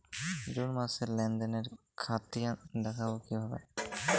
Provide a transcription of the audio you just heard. June মাসের লেনদেনের খতিয়ান দেখবো কিভাবে?